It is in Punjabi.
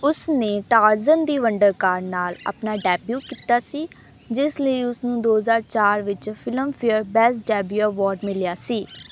ਉਸ ਨੇ ਟਾਰਜ਼ਨ ਦੀ ਵੰਡਰ ਕਾਰ ਨਾਲ ਆਪਣਾ ਡੈਬਿਊ ਕੀਤਾ ਸੀ ਜਿਸ ਲਈ ਉਸ ਨੂੰ ਦੋ ਹਜ਼ਾਰ ਚਾਰ ਵਿੱਚ ਫ਼ਿਲਮਫੇਅਰ ਬੈਸਟ ਡੈਬਿਊ ਐਵਾਰਡ ਮਿਲਿਆ ਸੀ